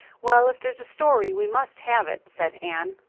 well, if there's a story we must have it, said anne.